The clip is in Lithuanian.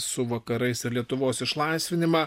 su vakarais ir lietuvos išlaisvinimą